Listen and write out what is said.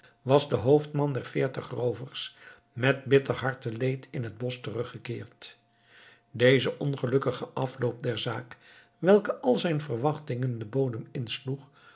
was de hoofdman der veertig roovers met bitter harteleed in het bosch teruggekeerd deze ongelukkige afloop der zaak welke al zijn verwachtingen den bodem insloeg